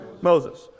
Moses